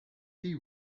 they